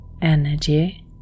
energy